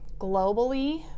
globally